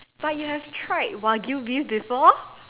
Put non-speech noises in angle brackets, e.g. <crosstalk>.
but you have tried wagyu-beef before <laughs>